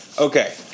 okay